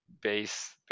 base